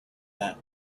that